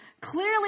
Clearly